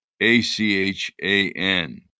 A-C-H-A-N